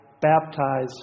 baptize